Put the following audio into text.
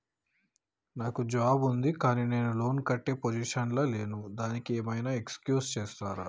నాకు జాబ్ ఉంది కానీ నేను లోన్ కట్టే పొజిషన్ లా లేను దానికి ఏం ఐనా ఎక్స్క్యూజ్ చేస్తరా?